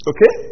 Okay